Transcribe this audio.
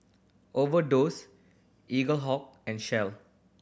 Overdose Eaglehawk and Shell